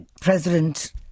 President